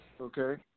okay